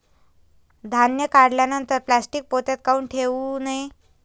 धान्य काढल्यानंतर प्लॅस्टीक पोत्यात काऊन ठेवू नये?